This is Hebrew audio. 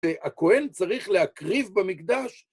הבהן צריך להקריב במקדש